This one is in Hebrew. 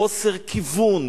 חוסר כיוון.